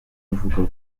avuga